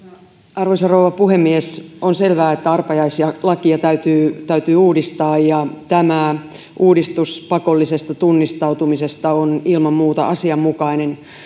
arvoisa rouva puhemies on selvää että arpajaislakia täytyy täytyy uudistaa ja tämä uudistus pakollisesta tunnistautumisesta on ilman muuta asianmukainen